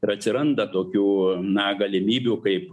ir atsiranda tokių na galimybių kaip